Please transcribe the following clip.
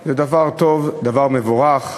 היא דבר טוב, דבר מבורך,